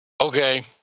Okay